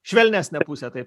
švelnesnę pusę taip